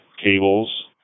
cables